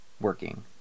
working